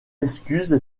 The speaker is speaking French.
excuses